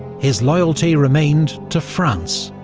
his loyalty remained to france,